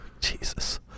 Jesus